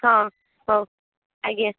ହଁ ହଉ ଆଜ୍ଞା